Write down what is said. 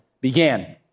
began